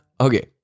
Okay